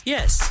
Yes